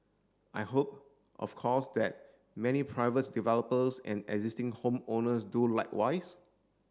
I hope of course that many privates developers and existing home owners do likewise